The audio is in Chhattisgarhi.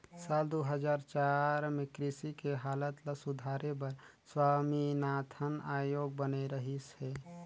साल दू हजार चार में कृषि के हालत ल सुधारे बर स्वामीनाथन आयोग बने रहिस हे